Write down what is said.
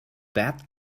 that